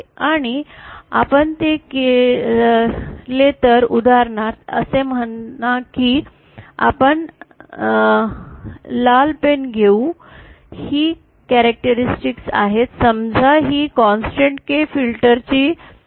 आणि जर आपण ते केले तर उदाहरणार्थ असे म्हणा की आपण लाल पेन घेऊ ही वैशिष्ट्ये आहेत समजा ही कॉन्सेंटेंट K फिल्टर ची वैशिष्ट्ये आहे